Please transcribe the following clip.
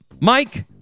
Mike